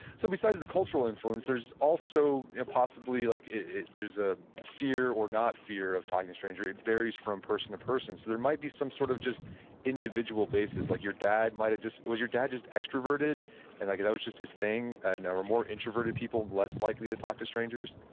so, besides the cultural influence, there's also possibly, like it, there's a, the fear or not fear of talking to strangers, it varies from person to person, so there might be some sort of just individual basis, like your dad might've just, was your dad just extroverted and like that was just this thing? and are more introverted people and less likely to talk to strangers?